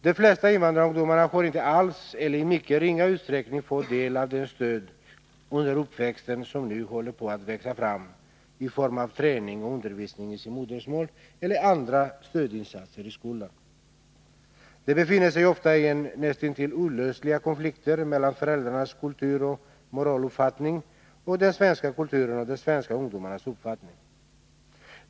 De flesta invandrarungdomar har inte alls eller i mycket ringa utsträckning under uppväxtåren fått del av det stöd som nu håller på att växa fram i form av träning och undervisning i sitt modersmål eller andra stödinsatser i skolan. De befinner sig ofta i näst intill olösliga konflikter mellan föräldrarnas kulturoch moraluppfattning och den svenska kulturen och de svenska ungdomarnas uppfattning.